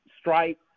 Stripe